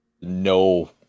no